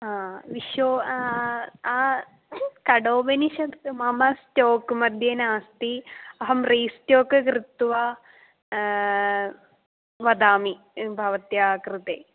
हा विशः कठोपनिषत् मम स्टोक् मध्ये नास्ति अहं रिस्टोक् कृत्वा वदामि भवत्याः कृते